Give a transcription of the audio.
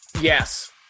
Yes